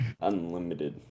unlimited